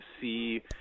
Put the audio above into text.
see